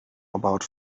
about